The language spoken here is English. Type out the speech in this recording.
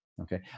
Okay